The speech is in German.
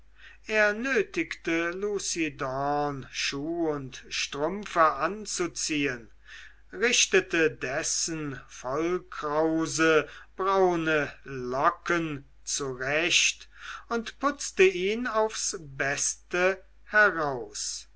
er nötigte lucidorn schuh und strümpfe anzuziehen richtete dessen vollkrause braune locken zurecht und putzte ihn aufs beste heraus